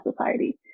society